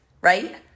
right